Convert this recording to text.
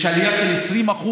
יש עלייה של 20%